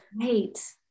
Right